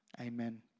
Amen